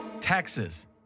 Texas